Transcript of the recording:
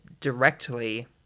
directly